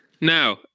Now